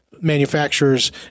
manufacturers